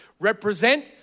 represent